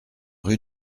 rue